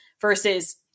versus